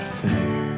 fair